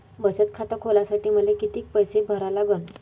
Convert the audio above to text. बचत खात खोलासाठी मले किती पैसे भरा लागन?